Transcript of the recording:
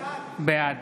בעד